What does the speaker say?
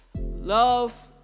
Love